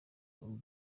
uwo